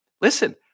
Listen